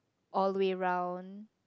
all the way round